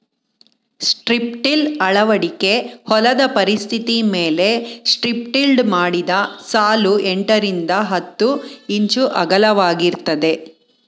strip till ಅಳವಡಿಕೆ ಹೊಲದ ಪರಿಸ್ಥಿತಿಮೇಲೆ ಸ್ಟ್ರಿಪ್ಟಿಲ್ಡ್ ಮಾಡಿದ ಸಾಲು ಎಂಟರಿಂದ ಹತ್ತು ಇಂಚು ಅಗಲವಾಗಿರ್ತದೆ